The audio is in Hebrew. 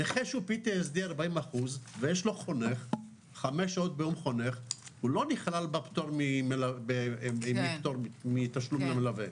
נכה שיש לו 5 שעות ביום חונך הוא לא נכלל מפטור מתשלום למלווה.